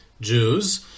Jews